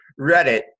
Reddit